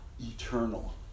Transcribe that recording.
Eternal